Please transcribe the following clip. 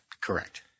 Correct